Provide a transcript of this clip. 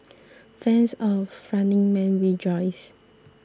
fans of Running Man rejoice